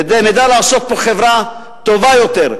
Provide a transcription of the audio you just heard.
ונדע לעשות פה חברה טובה יותר,